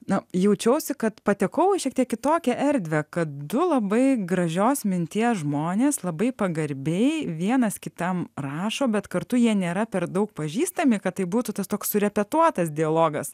na jaučiauosi kad patekau į šiek tiek kitokią erdvę kad du labai gražios minties žmonės labai pagarbiai vienas kitam rašo bet kartu jie nėra per daug pažįstami kad tai būtų tas toks surepetuotas dialogas